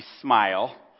smile